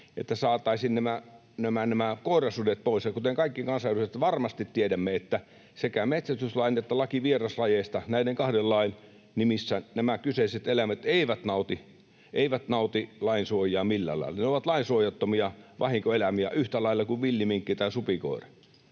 saataisiin nämä koirasudet pois. Ja kuten me kaikki kansanedustajat varmasti tiedämme, sekä metsästyslain että lain vieraslajeista, näiden kahden lain, nimissä nämä kyseiset eläimet eivät nauti lainsuojaa millään lailla. Ne ovat lainsuojattomia vahinkoeläimiä yhtä lailla kuin villiminkki tai supikoira.